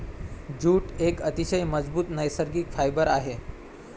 jute एक अतिशय मजबूत नैसर्गिक फायबर आहे